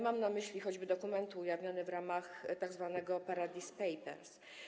Mam na myśli choćby dokument ujawniony w ramach tzw. Paradise Papers.